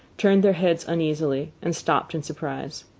turned their heads uneasily, and stopped in surprise.